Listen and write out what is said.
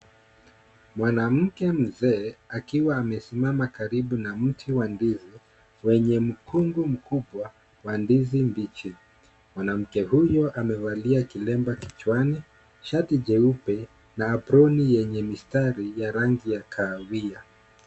Mwanamke mzee akiwa amesimama karibu na mti wa ndizi, wenye mkungu mkubwa wa ndizi mbichi. Mwanamke huyo amevalia kilemba kichwani, shati jeupe na aproni yenye mistari ya rangi ya kahawia.